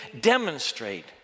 demonstrate